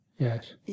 Yes